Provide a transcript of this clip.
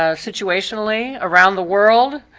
ah situationally around the world,